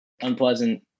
unpleasant